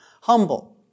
Humble